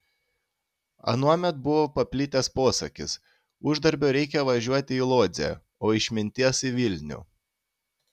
anuomet buvo paplitęs posakis uždarbio reikia važiuoti į lodzę o išminties į vilnių